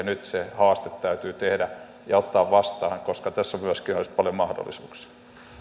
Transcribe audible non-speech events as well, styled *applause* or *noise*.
*unintelligible* nyt se haaste täytyy tehdä ja ottaa vastaan koska tässä myöskin olisi paljon mahdollisuuksia